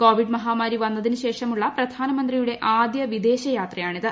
Covid മഹാമാരി വന്നതിനുശേഷമുള്ളൂപ്രധാനമന്ത്രിയുടെ ആദ്യ വിദേശയാത്രയാണിത്